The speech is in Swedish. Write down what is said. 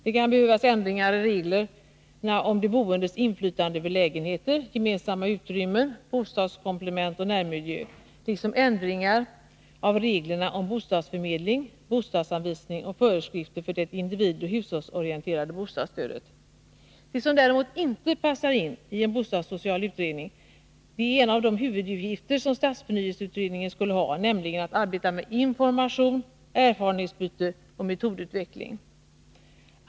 Det kan behövas ändringar i reglerna för de boendes inflytande över lägenheter, gemensamma utrymmen, bostadskomplement och närmiljö, liksom ändringar av reglerna för bostadsförmedling, bostadsanvisning och föreskrifter för det individoch hushållsorienterade bostadsstödet. Det som däremot inte passar in i en bostadssocial utredning är en av de huvuduppgifter som stadsförnyelseutredningen skulle ha, nämligen att arbeta med information, erfarenhetsutbyte och metodutveckling.